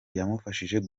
yamufashije